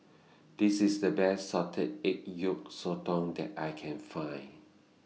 This IS The Best Salted Egg Yolk Sotong that I Can Find